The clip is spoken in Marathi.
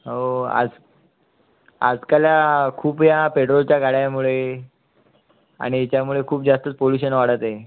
हो आज आजकाल खूप ह्या पेट्रोलच्या गाड्यामुळे आणि त्यामुळे खूप जास्त पोल्युशन वाढत आहे